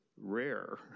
rare